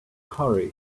hurry